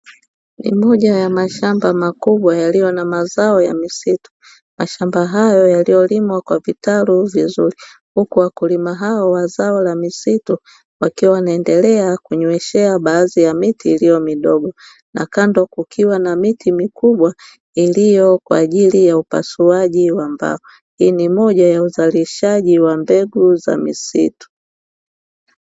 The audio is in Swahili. Ni moja ya mashamba makubwa yaliyo na mazao ya misitu. Mashamba hayo yaliyolimwa kwa vitalu vizuri, huku wakulima hao wa zao la misitu wakiwa wanaendelea kunyweshea baadhi ya miti iliyo midogo, na kando kukiwa na miti mikubwa iliyo kwa ajili ya upasuaji wa mbao. Hii ni moja ya uzalishaji wa mbegu za misitu.